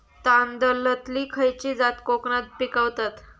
तांदलतली खयची जात कोकणात पिकवतत?